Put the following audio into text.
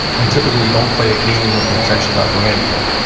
and typically, you don't play a game with the intention of not doing anything.